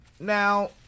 Now